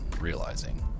realizing